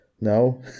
No